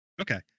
Okay